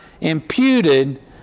imputed